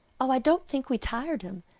oh, i don't think we tired him,